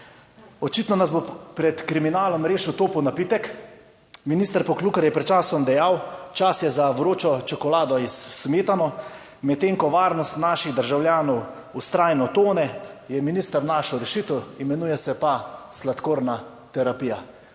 Očitno nas bo pred kriminalom rešil topel napitek. Minister Poklukar je pred časom dejal: "Čas je za vročo čokolado in smetano." Medtem ko varnost naših državljanov vztrajno tone, je minister našel rešitev, imenuje se pa sladkorna terapija.